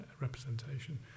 representation